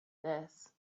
this